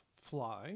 fly